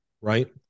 right